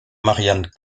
marianne